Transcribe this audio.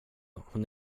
hon